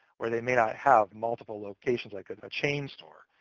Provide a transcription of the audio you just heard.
where they may not have multiple locations like a ah chain store.